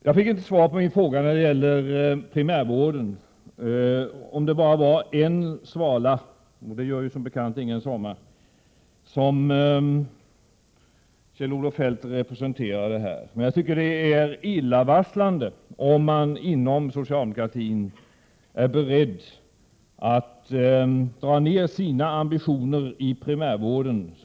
Jag fick inte svar på min fråga om primärvården, om det bara var en svala — den gör som bekant ingen sommar — som Kjell-Olof Feldt representerade. Det är illavarslande om man inom socialdemokratin är beredd att dra ner sina ambitioner i fråga om primärvården, som betyder så mycket. Debattom sjukvårds: Det är naturligtvis också ett problem för folkpartiet.